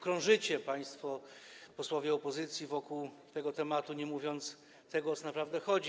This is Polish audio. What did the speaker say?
Krążycie państwo posłowie opozycji wokół tego tematu, nie mówiąc tego, o co naprawdę chodzi.